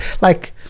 like-